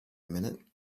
minute